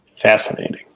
Fascinating